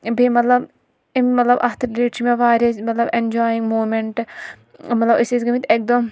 بیٚیہِ مَطلَب مطلب اَتھ رِلیٹ چھ مےٚ واریاہ مَطلَب اؠنجایِنٛگ موٗمینٛٹ مَطلَب أسۍ ٲسۍ گٔمٕتۍ اکہِ دۄہ